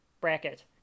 bracket